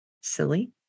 silly